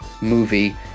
movie